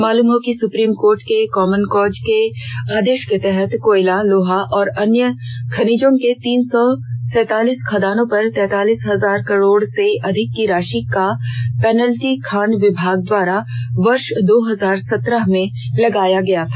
मालूम हो कि सुप्रीम कोर्ट के कॉमन कॉज के आदेष के तहत कोयला लोहा और अन्य खनिजों के तीन सौ सैंतालीस खदानों पर तैंतालीस हजार करोड़ से अधिक की राषि का पेनाल्टी खान विभाग द्वारा वर्ष दो हजार सत्रह में लगाया गया था